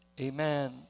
amen